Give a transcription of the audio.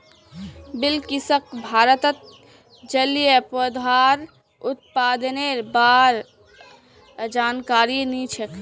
बिलकिसक भारतत जलिय पौधार उत्पादनेर बा र जानकारी नी छेक